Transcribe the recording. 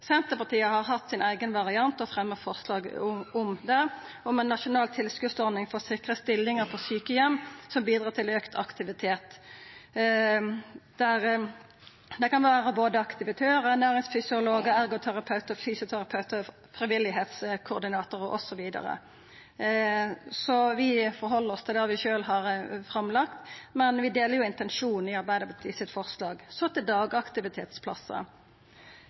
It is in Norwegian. Senterpartiet har hatt sin eigen variant, og fremjar forslag om det, om ei nasjonal tilskotsordning for å sikra stillingar på sjukeheimar som bidreg til auka aktivitet. Det kan vera både aktivitørar, næringsfysiologar, ergoterapeutar, fysioterapeutar, frivilligheitskoordinatorar osv. Så vi held oss til det vi sjølve har lagt fram, men vi deler intensjonen i forslaget frå Arbeidarpartiet. Så til dagaktivitetsplassar: